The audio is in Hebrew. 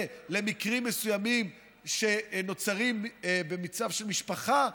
במקרים מסוימים שנוצרים במצב של משפחה,